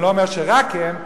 אני לא אומר שרק הם,